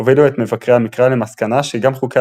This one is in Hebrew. הובילו את מבקרי המקרא למסקנה שגם חוקי